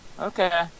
okay